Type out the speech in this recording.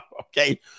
Okay